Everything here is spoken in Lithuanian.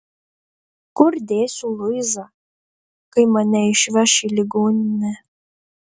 kur dėsiu luizą kai mane išveš į ligoninę